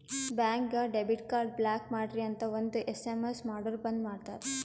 ಬ್ಯಾಂಕ್ಗ debit card block ಮಾಡ್ರಿ ಅಂತ್ ಒಂದ್ ಎಸ್.ಎಮ್.ಎಸ್ ಮಾಡುರ್ ಬಂದ್ ಮಾಡ್ತಾರ